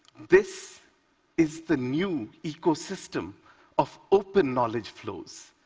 this is the new ecosystem of open-knowledge flows,